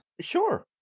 Sure